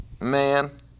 Man